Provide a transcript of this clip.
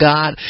God